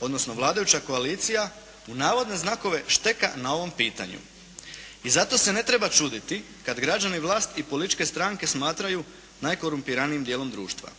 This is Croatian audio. odnosno vladajuća koalicija u navodne znakove šteka na ovom pitanju i zato se ne treba čuditi kada građani vlast i političke stranke smatraju najkorumpiranijim dijelom društva.